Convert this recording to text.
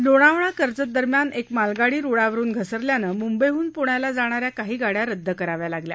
लोणावळा कर्जत दरम्यान एक मालगाडी रुळावरुन घसरल्यानं मुंबईहन पृण्याला जाणाऱ्या काही गाड्या रद्द कराव्या लागल्या